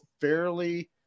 fairly